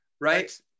Right